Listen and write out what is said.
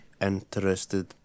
interested